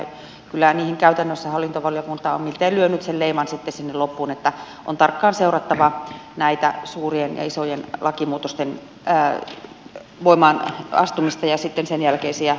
kyllä niihin käytännössä hallintovaliokunta on miltei lyönyt sen leiman sitten sinne loppuun niin että on tarkkaan seurattava näitten suurien ja isojen lakimuutosten voimaanastumista ja sitten sen jälkeisiä